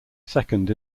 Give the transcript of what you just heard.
second